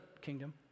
kingdom